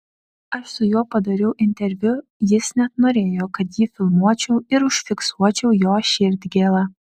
aš su juo padariau interviu jis net norėjo kad jį filmuočiau ir užfiksuočiau jo širdgėlą